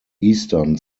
eastern